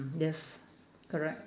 yes correct